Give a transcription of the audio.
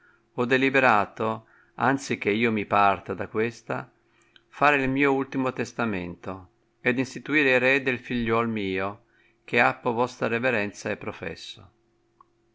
ho deliberato anzi che io mi parta da questa far il mio ultimo testamento ed instituire erede il flgliuol mio che appo vostra reverenza è professo